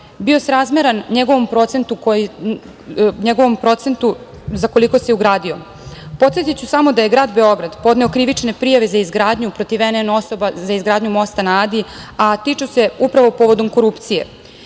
bio srazmeran njegovom procentu za koliko se ugradio. Podsetiću samo da je grad Beograd podneo krivične prijave za izgradnju mosta na Adi protiv n.n. osoba, a tiču se upravo povodom korupcije.